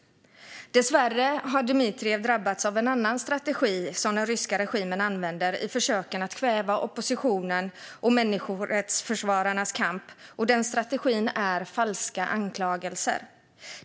Dessvärre har Dmitrijev drabbats av en annan strategi som den ryska regimen använder i försöken att kväva oppositionen och människorättsförsvararnas kamp, och den strategin är falska anklagelser.